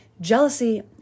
Jealousy